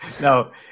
No